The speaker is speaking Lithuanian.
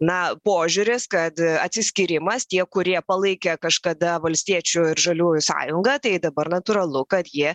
na požiūris kad atsiskyrimas tie kurie palaikė kažkada valstiečių ir žaliųjų sąjungą tai dabar natūralu kad jie